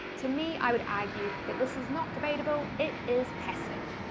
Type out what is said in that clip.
to me i would argue that this is not debatable it is passive.